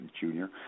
Junior